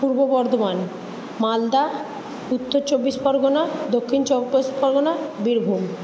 Purba Bardhaman Malda Uttar Chobbish Pargana Dakshin Chobbish Pargana Birbhum